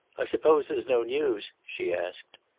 i suppose there's no news? she asked.